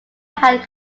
had